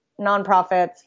nonprofits